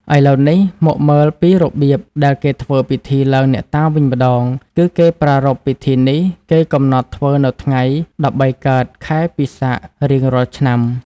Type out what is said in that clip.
ឥឡូវនេះមកមើលពីរបៀបដែលគេធ្វើពិធីឡើងអ្នកតាវិញម្ដង គឺគេប្រារព្វពិធីនេះ គេកំណត់ធ្វើនៅថ្ងៃ ១៣ កើត ខែពិសាខរៀងរាល់ឆ្នាំ ។